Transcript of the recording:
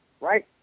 right